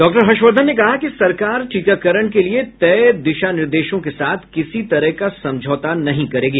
doctor Harshvardhan ने कहा कि सरकार टीकाकरण के लिए तय दिशानिर्देशों के साथ किसी तरह का समझौता नहीं करेगी